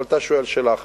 אבל אתה שואל שאלה אחרת,